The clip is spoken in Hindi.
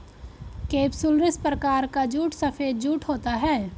केपसुलरिस प्रकार का जूट सफेद जूट होता है